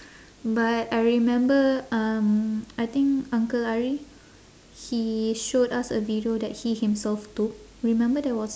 but I remember um I think uncle ari he showed us a video that he himself took remember there was